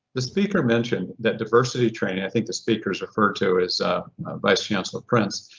the speaker mentioned that diversity training, i think the speaker is referred to is vice chancellor prince,